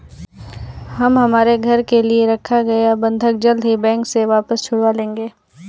हम हमारे घर के लिए रखा गया बंधक जल्द ही बैंक से वापस छुड़वा लेंगे